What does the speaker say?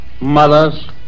mothers